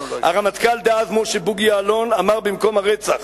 הרמטכ"ל דאז, משה בוגי יעלון, אמר במקום הרצח: